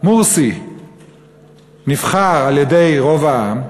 מורסי נבחר על-ידי רוב העם,